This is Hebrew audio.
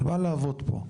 היא באה לעבוד פה,